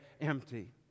empty